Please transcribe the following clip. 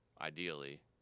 Ideally